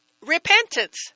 Repentance